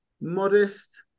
Modest